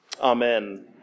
Amen